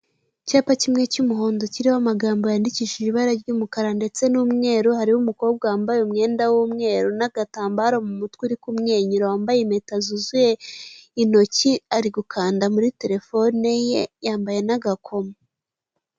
Icyapa kimwe cy'umuhondo kiriho amagambo yandikishije ibara ry'umukara ndetse n'umweru, hariho umukobwa wambaye umwenda w'umweru n'agatambaro mu mutwe uri kumwenyura, wambaye impeta zuzuye intoki, ari gukanda muri telefoni ye, yambaye n'agakomo.